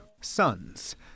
sons